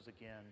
again